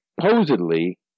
Supposedly